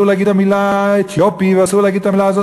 להגיד את המילה "אתיופי" ואסור להגיד את המילה הזו,